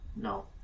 No